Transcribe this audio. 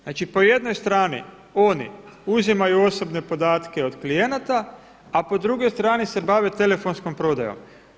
Znači po jednoj strani oni uzimaju osobne podatke od klijenata, a po drugoj strani se bave telefonskom prodajom?